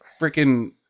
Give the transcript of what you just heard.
freaking